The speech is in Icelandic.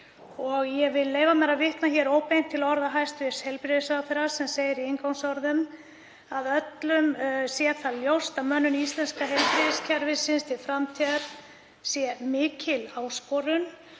Ég vil leyfa mér að vitna hér óbeint til orða hæstv. heilbrigðisráðherra sem segir í inngangsorðum að öllum sé það ljóst að mönnun íslenska heilbrigðiskerfisins til framtíðar sé mikil áskorun.